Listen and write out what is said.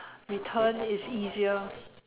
return is easier